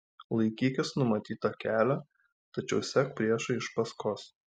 laikykis numatyto kelio tačiau sek priešui iš paskos